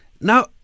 Now